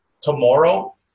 tomorrow